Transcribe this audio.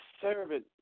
servant